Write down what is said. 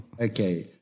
Okay